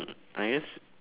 I guess